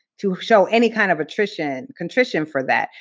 to show any kind of contrition contrition for that,